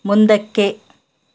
ಮುಂದಕ್ಕೆ